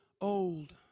old